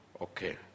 Okay